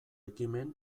ekimen